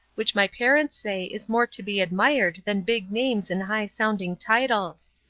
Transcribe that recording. which my parents say is more to be admired than big names and high-sounding titles.